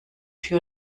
tür